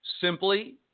Simply